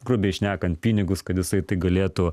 grubiai šnekant pinigus kad jisai galėtų